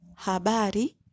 Habari